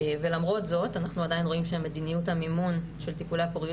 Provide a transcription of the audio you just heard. למרות זאת אנחנו עדיין רואים שמדיניות המימון של טיפולי הפוריות